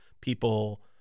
people